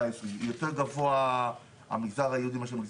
יותר גבוה ב-ארבע עשר נקודה שבע לעומת המגזר הערבי,